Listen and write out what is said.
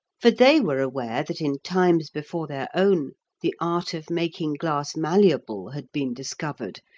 for they were aware that in times before their own the art of making glass malleable had been discovered,